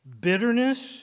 bitterness